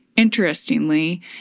Interestingly